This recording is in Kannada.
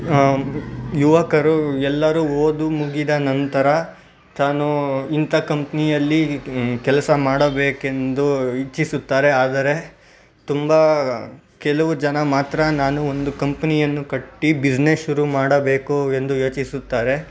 ಯುವಕರು ಎಲ್ಲರೂ ಓದು ಮುಗಿದ ನಂತರ ತಾನು ಇಂಥ ಕಂಪ್ನಿಯಲ್ಲಿ ಕೆಲಸ ಮಾಡಬೇಕೆಂದು ಇಚ್ಛಿಸುತ್ತಾರೆ ಆದರೆ ತುಂಬ ಕೆಲವು ಜನ ಮಾತ್ರ ನಾನು ಒಂದು ಕಂಪ್ನಿಯನ್ನು ಕಟ್ಟಿ ಬಿಸ್ನೆಸ್ ಶುರು ಮಾಡಬೇಕು ಎಂದು ಯೋಚಿಸುತ್ತಾರೆ